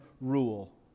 rule